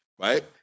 right